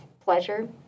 pleasure